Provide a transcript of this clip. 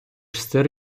сир